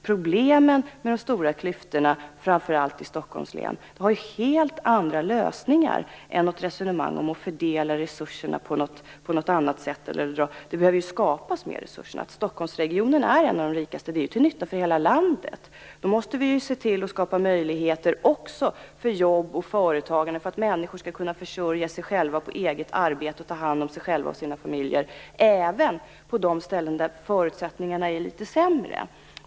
Problemen med de stora klyftorna framför allt i Stockholms län har helt andra lösningar än något resonemang om att fördela resurserna på något annat sätt. Det behöver skapas mer resurser. Att Stockholmsregionen är en av de rikaste är till nytta för hela landet. Vi måste då se till att skapa möjligheter också för jobb och företagande för att människorna skall kunna försörja sig själva på eget arbete och ta hand om sig själva och sina familjer även på de ställen där förutsättningarna är litet sämre.